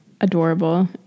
adorable